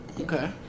Okay